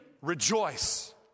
rejoice